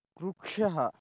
वृक्षः